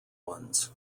ones